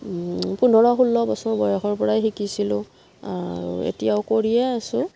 পোন্ধৰ ষোল্ল বছৰ বয়সৰ পৰাই শিকিছিলোঁ আৰু এতিয়াও কৰিয়ে আছোঁ